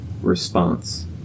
Response